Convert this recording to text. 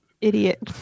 idiot